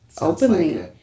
openly